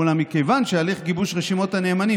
אולם מכיוון שהליך גיבוש רשימות הנאמנים